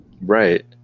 Right